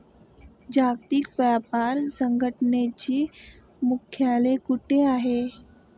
जागतिक व्यापार संघटनेचे मुख्यालय कुठे आहे?